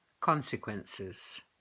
Consequences